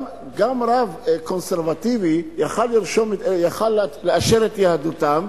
גם רב קונסרבטיבי היה יכול לאשר את יהדותם,